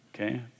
Okay